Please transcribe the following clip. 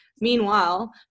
Meanwhile